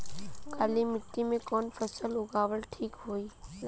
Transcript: काली मिट्टी में कवन फसल उगावल ठीक होई?